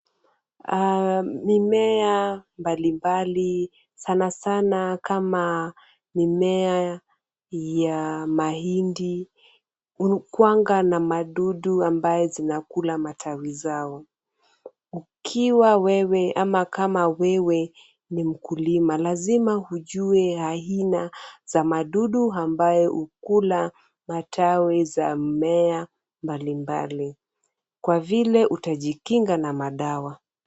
Mimea mbalimbali sana sana kama mimea ya mahindi, hukuanga na madudu ambaye zinakula matawi zao. Ukiwa wewe ama kama wewe ni mkulima, lazima ujue aina za madudu ambayo hukula matawi za mmea mbalimbali, kwa vile utajikinga na madawa.